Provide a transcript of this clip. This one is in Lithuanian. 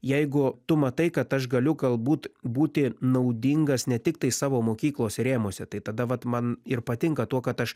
jeigu tu matai kad aš galiu galbūt būti naudingas ne tiktai savo mokyklos rėmuose tai tada vat man ir patinka tuo kad aš